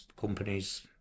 companies